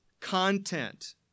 content